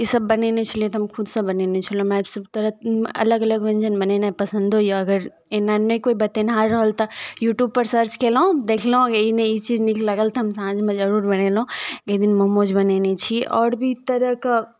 ईसभ बनेने छलियै तऽ हम खुदसँ बनेने छलहुँ हमरा एहिसभ तरह अलग अलग व्यञ्जन बनेनाय पसन्दो यए अगर एना नहि कोइ बतेनिहार रहल तऽ यूट्यूबपर सर्च कयलहुँ देखलहुँ ई नहि ई चीज नीक लागल तऽ हम साँझमे जरूर बनेलहुँ एक दिन मोमोज बनेने छी आओर भी तरहके